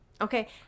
okay